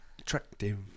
Attractive